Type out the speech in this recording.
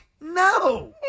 No